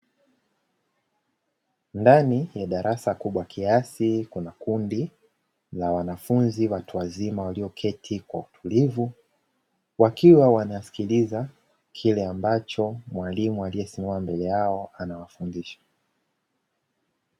Ndani ya darasa kubwa kiasi, kuna kundi la wanafunzi watu wazima walioketi kwa utulivu wakiwa wanasikiliza kile ambacho mwalimu aliyesimama mbele yao anawafundisha.